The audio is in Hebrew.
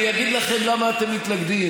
אני אגיד לכם לָמה אתם מתנגדים,